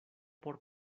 por